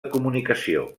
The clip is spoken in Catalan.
comunicació